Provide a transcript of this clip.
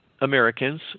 Americans